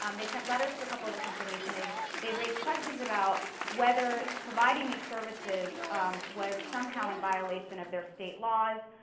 um they sent letters to a couple of the companies. and they they raised questions about whether providing these services was somehow in violation of their state laws.